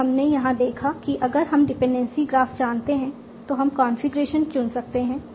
इसलिए हमने यहां देखा है कि अगर हम डिपेंडेंसी ग्राफ जानते हैं तो हम कॉन्फ़िगरेशन चुन सकते हैं